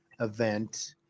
event